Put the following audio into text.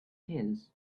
his